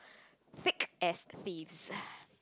thick as thieves